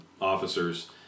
officers